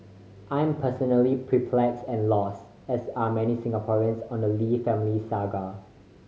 I'm personally perplexed and lost as are many Singaporeans on the Lee family saga